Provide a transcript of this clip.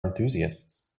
enthusiasts